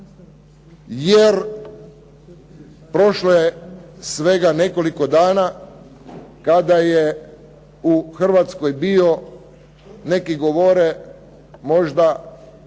Jer prošlo je svega nekoliko dana kada je u Hrvatskoj bio neki govore možda